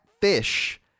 fish